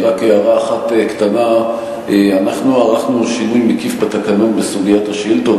רק הערה אחת קטנה: אנחנו ערכנו שינוי מקיף בתקנון בסוגיית השאילתות.